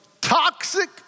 toxic